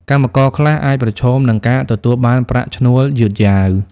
កម្មករខ្លះអាចប្រឈមនឹងការទទួលបានប្រាក់ឈ្នួលយឺតយ៉ាវ។